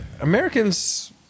Americans